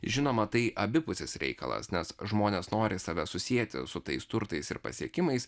žinoma tai abipusis reikalas nes žmonės nori save susieti su tais turtais ir pasiekimais